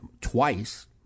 twice